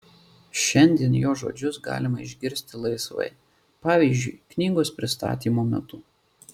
šiandien jo žodžius galima išgirsti laisvai pavyzdžiui knygos pristatymo metu